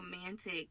romantic